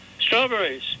strawberries